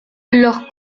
los